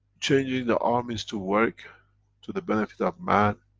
changing the armies to work to the benefit of man,